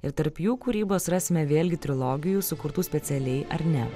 ir tarp jų kūrybos rasime vėlgi trilogijų sukurtų specialiai ar ne